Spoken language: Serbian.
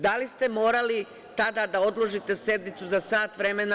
Da li ste morali tada da odložite sednicu za sat vremena?